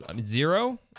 zero